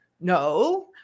no